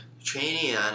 Training